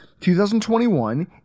2021